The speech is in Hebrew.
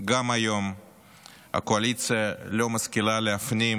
גם היום הקואליציה לא משכילה להפנים